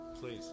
Please